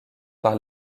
par